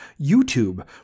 YouTube